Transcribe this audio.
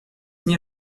nie